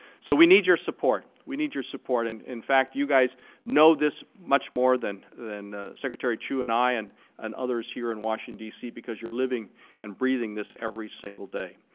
so we need your support. we need your support. and in fact, you guys know this much more than than secretary chu and i and and others here in washington, d c. because you're living and breathing this every single day.